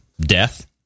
death